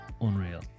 unreal